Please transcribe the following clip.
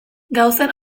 gauzen